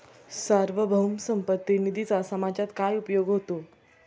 सार्वभौम संपत्ती निधीचा समाजात काय उपयोग होतो?